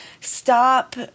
Stop